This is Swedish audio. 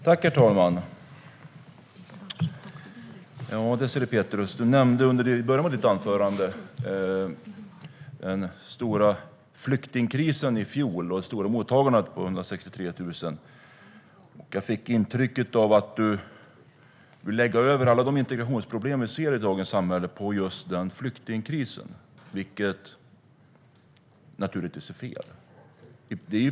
Herr talman! Désirée Pethrus nämnde i början av anförandet den stora flyktingkrisen i fjol och det stora mottagandet på 163 000 personer. Jag fick intrycket av att du vill lägga över alla de integrationsproblem vi ser i dagens samhälle på just den flyktingkrisen, vilket naturligtvis är fel att göra.